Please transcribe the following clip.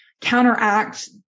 counteract